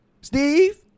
Steve